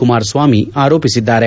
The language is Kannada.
ಕುಮಾರಸ್ನಾಮಿ ಆರೋಪಿಸಿದ್ದಾರೆ